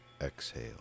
exhale